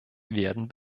werden